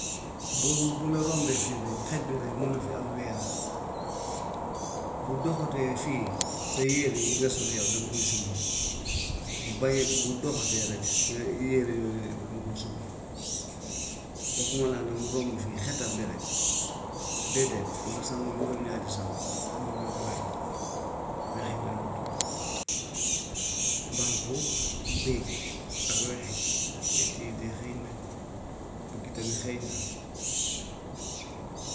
Boobu bu la rombee fii rek xet bi rek mun na fi am weer bu doxotee fii sa yére yi nga sol yow danga koy summi bu bàyyee bu doxotee rek yére yooyu waroon nga ko summi waxumalaa nag mu romb fii xetam bi rek déedéet danga sangu juróom-ñaari sangu du du doy wexeñ la mu tudd. Bànqo, bëy ak wexe ñett yii de xeeñ nañ, bukki tamit xeeñ na.